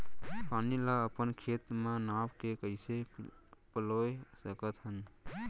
पानी ला अपन खेत म नाप के कइसे पलोय सकथन?